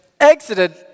exited